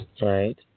Right